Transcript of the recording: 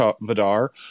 Vidar